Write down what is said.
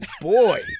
boy